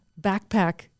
backpack